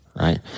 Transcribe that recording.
right